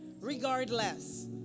regardless